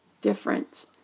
different